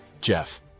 Jeff